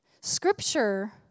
Scripture